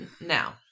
Now